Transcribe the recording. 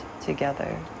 together